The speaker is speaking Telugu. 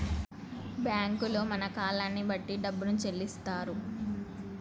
బ్యాంకుల్లో మన కాలాన్ని బట్టి డబ్బును చెల్లిత్తరు